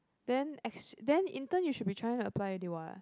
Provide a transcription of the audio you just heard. then S~ then intern you should be trying to apply already what